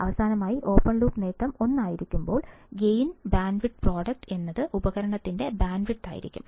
അവസാനമായി open loop നേട്ടം 1 ആയിരിക്കുമ്പോൾ ഗെയിൻ ബാൻഡ്വിഡ്ത്ത് പ്രോഡക്ട് എന്നത് ഉപകരണത്തിന്റെ ബാൻഡ്വിഡ്ത്ത് ആയിരിക്കും